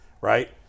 Right